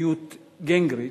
ניוט גינגריץ',